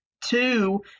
two